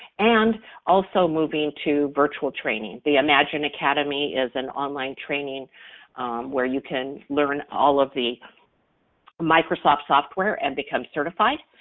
and also moving to virtual training. the imagine academy is an online training where you can learn all of the microsoft software and become certified.